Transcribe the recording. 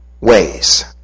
Ways